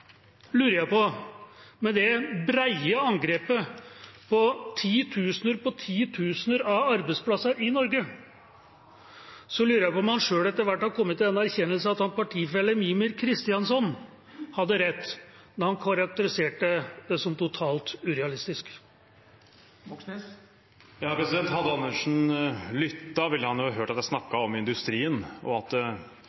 lurer jeg på om han selv etter hvert – med det brede angrepet på titusener på titusener av arbeidsplasser i Norge – har kommet til den erkjennelsen at hans partifelle Mímir Kristjánsson hadde rett da han karakteriserte dette som totalt urealistisk. Hadde Dag Terje Andersen lyttet, ville han ha hørt at jeg